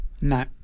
no